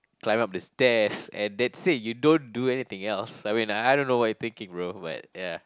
climb up the stairs and that's it you don't do anything else I mean like I don't know what you thinking bro but ya